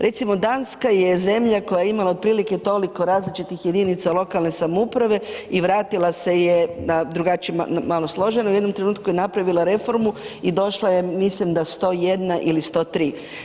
Recimo Danska je zemlja koja je imala otprilike toliko različitih jedinica lokalne samouprave i vratila se je drugačije malo složeno, u jednom trenutku je napravila reformu i došla je, mislim da 101 ili 103.